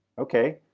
okay